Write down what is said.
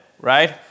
right